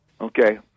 Okay